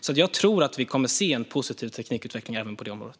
Jag tror alltså att vi kommer att få se en positiv teknikutveckling även på det området.